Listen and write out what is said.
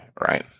right